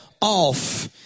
off